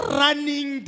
running